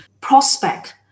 prospect